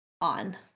on